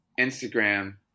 Instagram